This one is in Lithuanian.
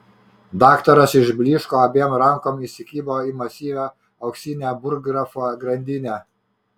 daktaras išblyško abiem rankom įsikibo į masyvią auksinę burggrafo grandinę